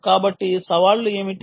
కాబట్టి సవాళ్లు ఏమిటి